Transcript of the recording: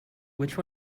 which